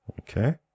okay